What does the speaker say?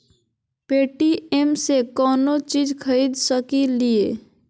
Paytm से कौनो चीज खरीद सकी लिय?